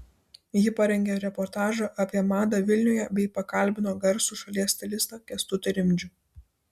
ji parengė reportažą apie madą vilniuje bei pakalbino garsų šalies stilistą kęstutį rimdžių